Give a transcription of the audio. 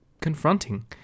confronting